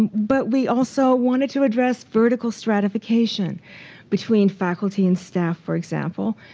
but we also wanted to address vertical stratification between faculty and staff, for example.